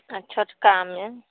आओर छोटकामे